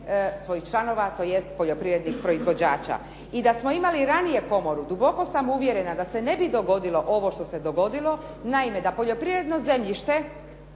svojih članova, tj. poljoprivrednih proizvođača. I da smo imali ranije komoru, duboko sam uvjerena da se ne bi dogodilo ovo što se dogodilo. Naime, da poljoprivredno zemljište